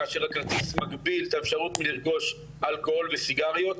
כאשר הכרטיס מגביל את האפשרות מלרכוש אלכוהול וסיגריות,